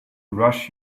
rush